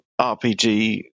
RPG